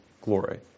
glory